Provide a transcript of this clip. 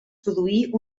produí